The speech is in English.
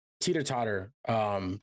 teeter-totter